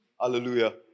Hallelujah